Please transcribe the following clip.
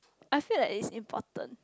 I feel that it's important